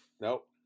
Nope